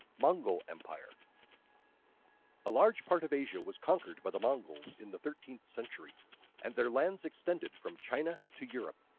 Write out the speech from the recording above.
mongol empire a large part of asia was conquered by the mongols in the thirteenth century and their lands extended from china to europe.